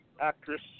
actress